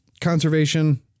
conservation